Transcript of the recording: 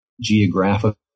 geographical